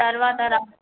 తర్వాత రా